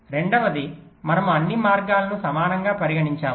రెండవది మనము అన్ని మార్గాలను సమానంగా పరిగణించాము